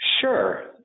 Sure